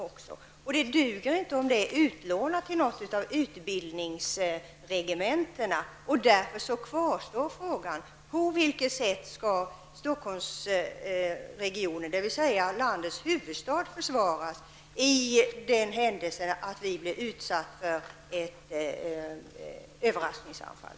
Det duger inte om materielen är utlånad till något utbildningsregemente. Därför kvarstår frågan: På vilket sätt skall Stockholmsregionen, dvs. landets huvudstad, försvaras för den händelse vi blir utsatta för ett överraskningsanfall?